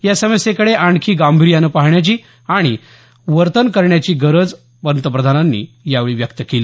या समस्येकडे आणखी गांभिर्यानं पाहण्याची आणि तसंच वर्तन करण्याची गरज पंतप्रधानांनी यावेळी व्यक्त केली